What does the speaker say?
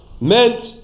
meant